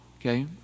okay